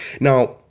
now